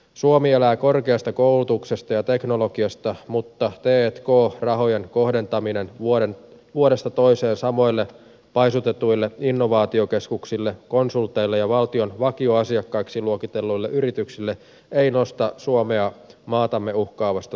suomi elää korkeasta koulutuksesta ja teknologiasta mutta t k rahojen kohdentaminen vuodesta toiseen samoille paisutetuille innovaatiokeskuksille konsulteille ja valtion vakioasiakkaiksi luokitelluille yrityksille ei nosta suomea maatamme uhkaavasta taantumasta